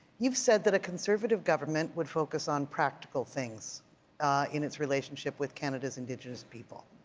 you've said that a conservative government would focus on practical things in its relationship with canada's indigenous people.